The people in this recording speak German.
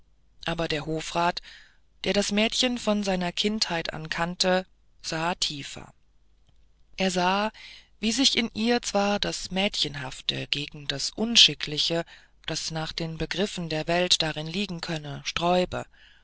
jenes aber der hofrat der das mädchen von seiner kindheit an kannte sah tiefer er sah wie sich in ihr zwar das mädchenhafte gegen das unschickliche das nach den begriffen der welt darin liegen könne sträube